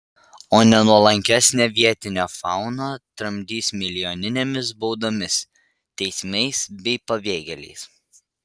o nenuolankesnę vietinę fauną tramdys milijoninėmis baudomis teismais bei pabėgėliais